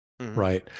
Right